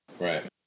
right